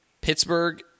Pittsburgh